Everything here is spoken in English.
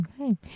Okay